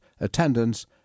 Attendance